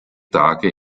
tage